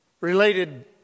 related